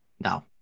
No